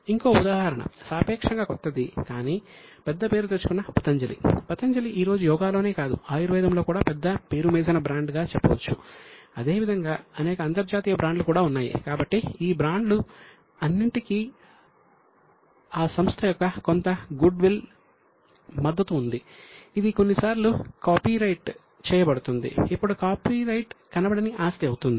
అదేవిధంగా ఈ రోజుల్లో మీలో చాలా మందికి జియో చేయబడుతుంది అప్పుడు కాపీరైట్ కనపడని ఆస్తి అవుతుంది